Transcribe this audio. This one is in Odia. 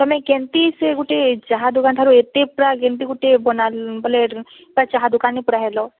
ତମେ କେମ୍ତି ସେ ଗୁଟେ ଚାହା ଦୋକାନ ଠାରୁ ଏତେ ପ୍ରାୟ କେମ୍ତି ଗୁଟେ ବନା ବୋଲେ ପୂରା ଚାହା ଦୋକାନୀ ପୂରା ହେଲ